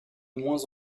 moins